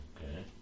Okay